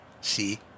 See